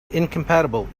incompatible